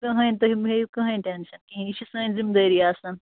کٕہٕنۍ تۄہہِ مٔہ ہیٚیِو کٕہٕنۍ ٹٮ۪نٛشن کِہیٖنۍ یہِ چھِ سٲنۍ ذِمہٕ دٲری آسان